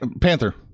Panther